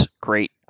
great